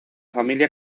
familia